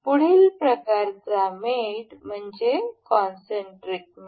पुढील प्रकारचा मेट म्हणजे कॉनसेंटरिक मेट